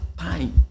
time